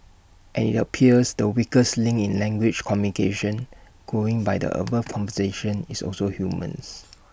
and IT appears the weakest link in language communication going by the above conversation is also humans